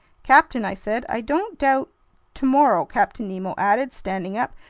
captain, i said, i don't doubt tomorrow, captain nemo added, standing up,